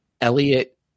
Elliot